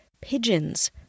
Pigeons